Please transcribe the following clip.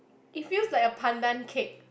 it feels like a pandan cake